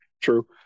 True